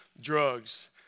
drugs